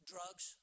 Drugs